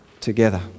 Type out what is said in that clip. together